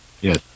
Yes